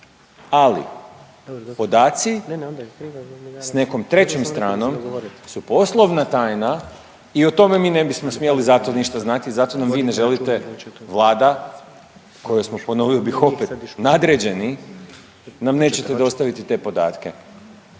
ali podaci s nekom trećom stranom su poslovna tajna i o tome bi ne bismo smjeli zato ništa znato zato nam vi ne želite, Vlada kojoj smo ponovio bih opet nadređeni nam nećete dostaviti te podatke.